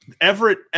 Everett